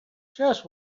just